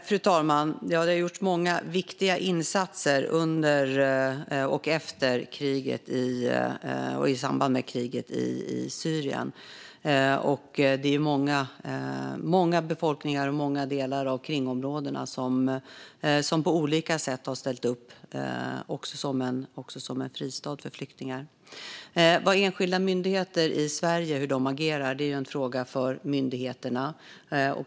Fru talman! Det har gjorts många viktiga insatser under och efter kriget i Syrien, och många befolkningar och kringområden har på olika sätt ställt upp, också som fristad för flyktingar. Hur enskilda myndigheter i Sverige agerar är en fråga för myndigheterna.